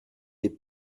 des